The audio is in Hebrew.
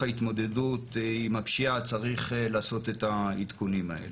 ההתמודדות עם הפשיעה צריך לעשות את העדכונים האלה.